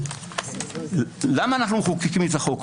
למה מחוקקים את החוק?